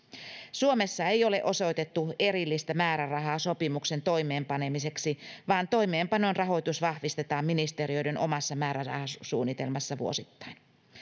suomessa ei ole osoitettu erillistä määrärahaa sopimuksen toimeenpanemiseksi vaan toimeenpanon rahoitus vahvistetaan ministeriöiden omassa määrärahasuunnitelmassa vuosittain